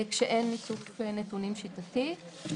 כשאין איסוף נתונים שיטתי.